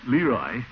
Leroy